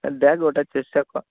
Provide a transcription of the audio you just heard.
তা দেখ ওটার চেষ্টা কর